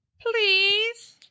Please